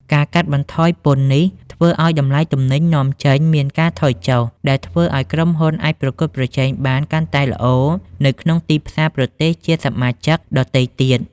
ការកាត់បន្ថយពន្ធនេះ ធ្វើឲ្យតម្លៃទំនិញនាំចេញមានការថយចុះ ដែលធ្វើឲ្យក្រុមហ៊ុនអាចប្រកួតប្រជែងបានកាន់តែល្អនៅក្នុងទីផ្សារប្រទេសជាសមាជិកដទៃទៀត។